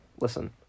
listen